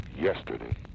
yesterday